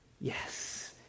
yes